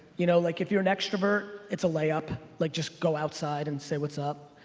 you know like if you're an extrovert, it's a lay-up. like just go outside and say what's up.